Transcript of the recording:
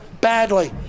badly